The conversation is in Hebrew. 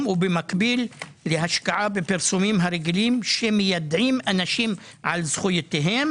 ובמקביל להשקעה בפרסומים הרגילים שמיידעים אנשים על זכויותיהם